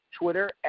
Twitter